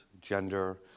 gender